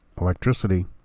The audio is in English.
Electricity